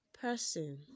person